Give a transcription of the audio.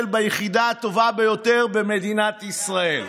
ביחידה הטובה ביותר במדינת ישראל.